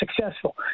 successful